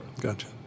Gotcha